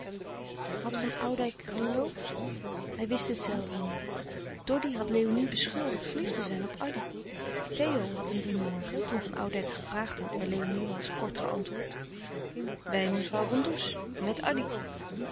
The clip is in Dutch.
van oudijck geloofd hij wist het zelve niet doddy had léonie beschuldigd verliefd te zijn op addy theo had hem dien morgen toen van oudijck gevraagd had waar léonie was kort geantwoord bij mevrouw van does met